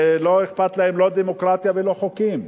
שלא אכפת להן לא דמוקרטיה ולא חוקים.